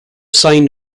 signed